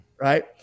Right